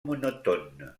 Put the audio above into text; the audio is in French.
monotone